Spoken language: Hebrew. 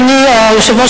אדוני היושב-ראש,